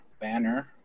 banner